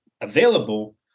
available